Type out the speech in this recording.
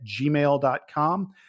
gmail.com